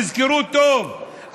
תזכרו טוב,